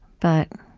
but